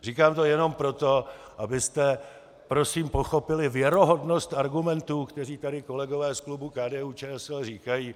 Říkám to jenom proto, abyste prosím pochopili věrohodnost argumentů, které tady kolegové z klubu KDUČSL říkají.